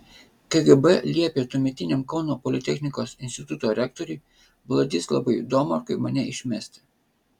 kgb liepė tuometiniam kauno politechnikos instituto rektoriui vladislavui domarkui mane išmesti